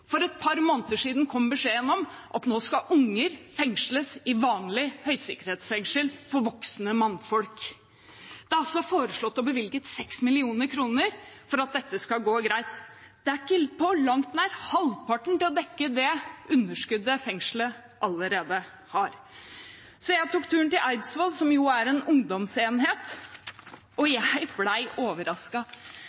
For et par måneder siden kom beskjeden om at nå skal unger fengsles i vanlig høysikkerhetsfengsel for voksne mannfolk. Det er altså foreslått og bevilget 6 mill. kr for at dette skal gå greit. Det er ikke på langt nær halvparten av det som trengs for å dekke det underskuddet fengselet allerede har. Jeg tok turen til Eidsvoll fengsel, som jo er en ungdomsenhet, og